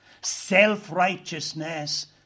Self-righteousness